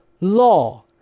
law